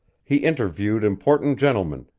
he interviewed important gentlemen,